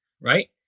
right